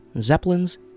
zeppelins